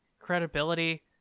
credibility